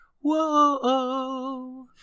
whoa